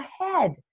ahead